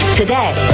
today